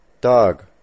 Dog